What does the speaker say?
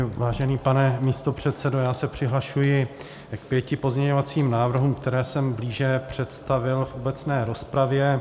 Vážený pane místopředsedo, já se přihlašuji k pěti pozměňovacím návrhům, které jsem blíže představil v obecné rozpravě.